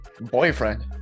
Boyfriend